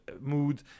mood